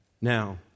now